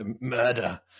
murder